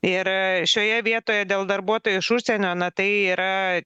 ir šioje vietoje dėl darbuotojų iš užsienio na tai yra